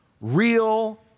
real